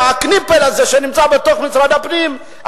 וה"קניפעל" הזה שנמצא בתוך משרד הפנים,